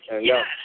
Yes